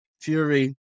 Fury